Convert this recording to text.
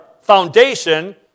foundation